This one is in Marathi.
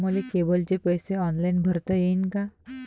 मले केबलचे पैसे ऑनलाईन भरता येईन का?